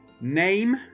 Name